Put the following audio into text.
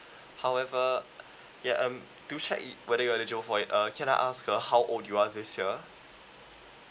however ya um do check it whether you are eligible for it uh can I ask uh how old you are this year